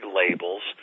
labels